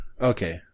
Okay